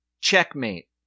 Checkmate